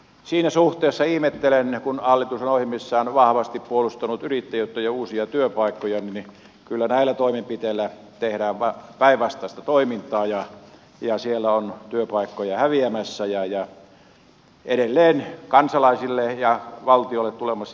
siinä suhteessa ihmettelen sitä että kun hallitus on ohjelmissaan vahvasti puolustanut yrittäjyyttä ja uusia työpaikkoja niin kyllä näillä toimenpiteillä tehdään päinvastaista toimintaa ja siellä on työpaikkoja häviämässä ja edelleen kansalaisille ja valtiolle tulemassa lisäkustannuksia